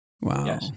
Wow